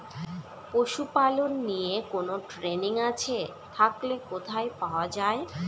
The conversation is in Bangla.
পশুপালন নিয়ে কোন ট্রেনিং আছে থাকলে কোথায় পাওয়া য়ায়?